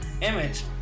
image